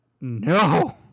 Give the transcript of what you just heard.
No